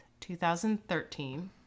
2013